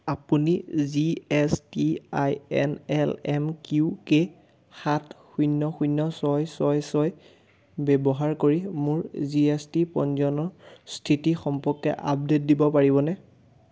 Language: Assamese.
আপুনি G S T I N L M Q K সাত শূন্য শূন্য ছয় ছয় ছয় ব্যৱহাৰ কৰি মোৰ জি এছ টি পঞ্জীয়নৰ স্থিতি সম্পৰ্কে আপডেট দিব পাৰিবনে